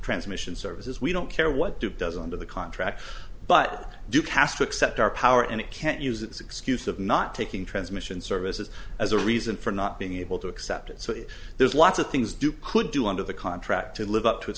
transmission services we don't care what duke does under the contract but duke has to accept our power and it can't use its excuse of not taking transmission services as a reason for not being able to accept it so there's lots of things do could do under the contract to live up to it